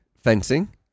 Fencing